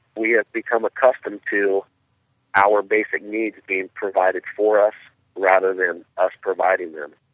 we have become accustomed to our basic needs being provided for us rather than us providing them.